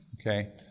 Okay